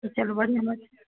चलू बढ़िआँ बात